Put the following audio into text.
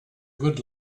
good